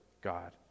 God